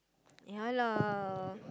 ya lah